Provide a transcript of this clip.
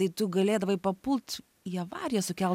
tai tu galėdavai papult į avariją sukelt